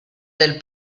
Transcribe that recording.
del